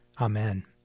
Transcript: Amen